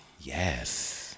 Yes